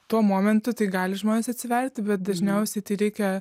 tuo momentu tik gali žmonės atsiverti bet dažniausiai tai reikia